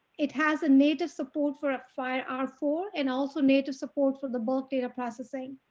it has a native support for a five hour for and also native support for the bulk data processing.